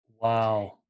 Wow